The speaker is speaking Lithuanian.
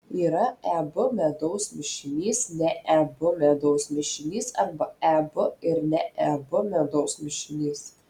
yra eb medaus mišinys ne eb medaus mišinys arba eb ir ne eb medaus mišinys